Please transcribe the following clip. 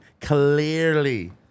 clearly